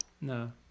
no